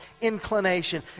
inclination